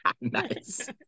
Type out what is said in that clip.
nice